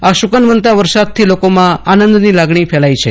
આ શુકનવંતા વરસાદ થી લોકોમાં આનંદ ની લાગણી ફેલાઈ છે